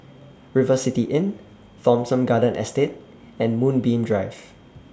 River City Inn Thomson Garden Estate and Moonbeam Drive